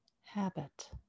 habit